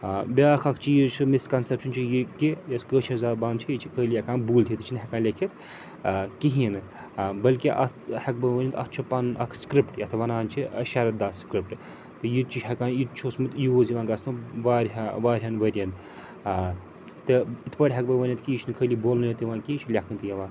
بیٛاکھ اَکھ چیٖز چھِ مِسکَنسٮ۪پشَن چھُ یہِ کہِ یۄس کٲشٕر زبان چھِ یہِ چھِ خٲلی ہٮ۪کان بوٗلتِتھ یہِ چھِنہٕ ہٮ۪کان لیٚکھِتھ کِہیٖنۍ نہٕ بٔلکہِ اَتھ ہٮ۪کہٕ بہٕ ؤنِتھ اَتھ چھُ پَنُن اَکھ سِکرٛپٹ یَتھ وَنان چھِ شَرَداہ سِکرٛپٹ تہٕ یہِ تہِ چھُ ہٮ۪کان یہِ تہِ چھُ اوسمُت یوٗز یِوان گژھنہٕ وارِیاہ واریاہَن ؤریَن تہٕ یِتھ پٲٹھۍ ہٮ۪کہٕ بہٕ ؤنِتھ کہِ یہِ چھُنہٕ خٲلی بولنہٕ یوت یِوان کیٚنٛہہ یہِ چھُ لٮ۪کھنہٕ تہِ یِوان